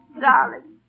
Darling